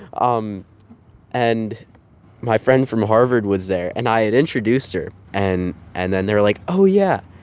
um and my friend from harvard was there, and i had introduced her. and and then they're like, oh, yeah,